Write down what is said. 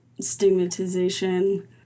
stigmatization